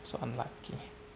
so unlucky